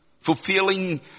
fulfilling